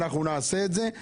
אנחנו נעשה את זה.